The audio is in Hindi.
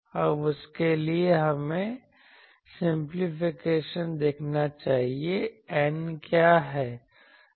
अब उसके लिए हमें सिंपलीफिकेशन देखना चाहिए N क्या है